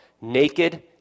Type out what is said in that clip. naked